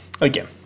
Again